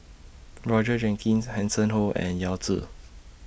Roger Jenkins Hanson Ho and Yao Zi